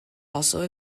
also